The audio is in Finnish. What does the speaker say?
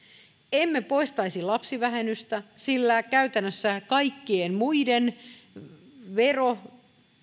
emme poistaisi lapsivähennystä sillä käytännössä kaikkien muiden